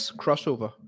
crossover